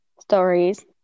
stories